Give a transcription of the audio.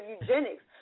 eugenics